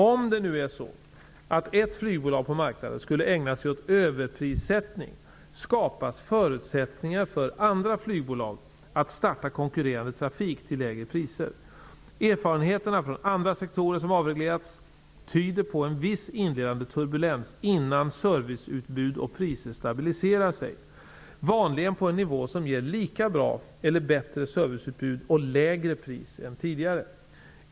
Om det nu är så att ett flygbolag på marknaden skulle ägna sig åt överprissättning skapas förutsättningar för andra flygbolag att starta konkurrerande trafik till lägre priser. Erfarenheterna från andra sektorer som avreglerats tyder på en viss inledande turbulens innan serviceutbud och priser stabiliserar sig, vanligen på en nivå som ger lika bra eller bättre serviceutbud och lägre pris än tidigare.